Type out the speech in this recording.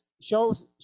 shows